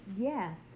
yes